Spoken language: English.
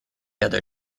other